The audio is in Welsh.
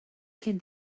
cyn